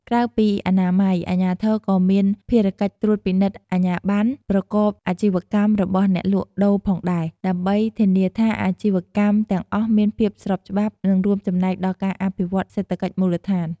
ក្រៅពីអនាម័យ អាជ្ញាធរក៏មានភារកិច្ចត្រួតពិនិត្យអាជ្ញាប័ណ្ណប្រកបអាជីវកម្មរបស់អ្នកលក់ដូរផងដែរ ដើម្បីធានាថាអាជីវកម្មទាំងអស់មានភាពស្របច្បាប់ និងរួមចំណែកដល់ការអភិវឌ្ឍសេដ្ឋកិច្ចមូលដ្ឋាន។